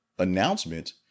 announcement